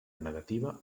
negativa